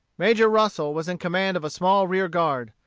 major russel was in command of a small rear-guard.